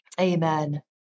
Amen